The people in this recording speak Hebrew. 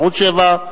ערוץ-7,